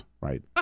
right